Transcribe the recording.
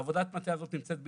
עבודת המטה הזאת נמצאת בעיצומה,